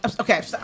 okay